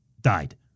died